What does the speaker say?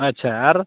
ᱟᱪᱪᱷᱟ ᱟᱨ